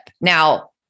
Now